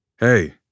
Hey